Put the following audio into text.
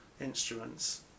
instruments